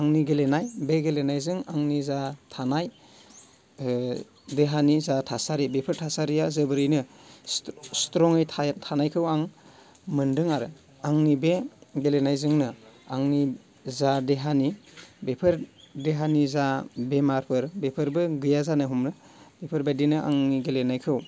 आंनि गेलेनाय बे गेलेनायजों आंनि जा थानाय देहानि जा थासारि बेफोर थासारिया जोबोरैनो स्ट्रङै थानायखौ आं मोनदों आरो आंनि बे गेलेनायजोंनो आंनि जा देहानि बेफोर देहानि जा बेमारफोर बेफोरबो गैया जानो हमो बेफोरबादिनो आंनि गेलेनायखौ